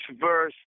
verse